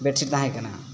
bed sheet